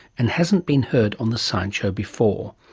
and hasn't been heard on the science show before.